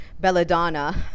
Belladonna